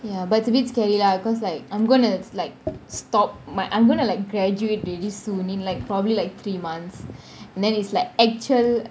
ya but it's a bit scary lah because like I'm going to like stop my I'm going to like graduate really soon in like probably like three months then it's like actual